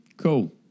Cool